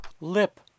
Lip